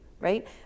right